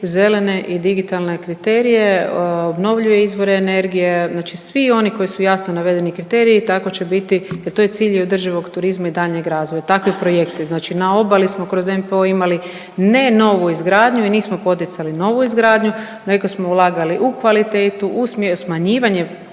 zelene i digitalne kriterije, obnovljive izvore energije, znači svi oni koji su jasno navedeni kriteriji, tako će biti jer to je cilj i održivog turizma i daljnjeg razvoja. Takvi projekti, znači na obali smo kroz NPOO imali, ne novu izgradnju i nismo poticali novu izgradnju nego smo ulagali u kvalitetu, u smanjivanje